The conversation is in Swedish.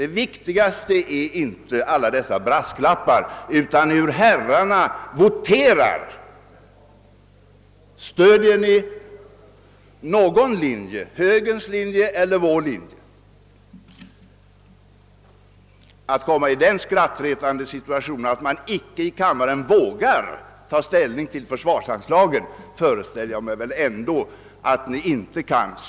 Det viktigaste är inte alla de brasklappar som framförts utan hur herrarna voterar. Stöder ni någon linje — moderata samlingspartiets linje eller vår linje? Jag föreställer mig att ni ändå inte vill komma i den skrattretande situationen att ni inte i kammaren vågar ta ställning till försvarsanslagen.